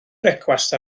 brecwast